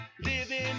Living